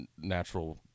natural